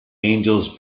angels